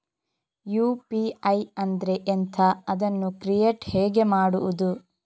UPI ಅಂದ್ರೆ ಎಂಥ? ಅದನ್ನು ಕ್ರಿಯೇಟ್ ಹೇಗೆ ಮಾಡುವುದು?